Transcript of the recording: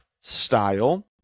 style